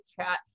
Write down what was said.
chat